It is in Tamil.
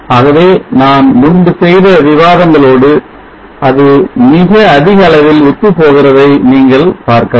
ஆகவே நான் முன்பு செய்த விவாதங்களோடு அது மிக அதிக அளவில் ஒத்துப் போகிறதை நீங்கள் பார்க்கலாம்